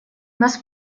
нас